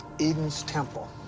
eden's temple.